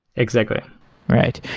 exactly right.